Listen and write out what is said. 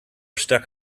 stuck